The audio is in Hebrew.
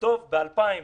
זאת בדיחה.